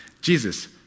Jesus